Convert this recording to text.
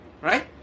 right